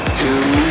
two